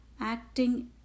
acting